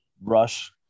rush